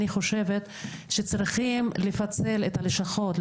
אני חושבת שצריכים לפצל את הלשכות.